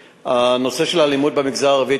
הנושא של האלימות במגזר הערבי,